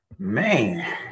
Man